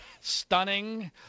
stunning